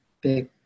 big